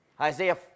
Isaiah